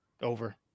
Over